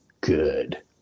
good